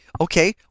okay